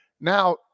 Now